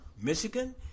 Michigan